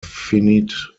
finite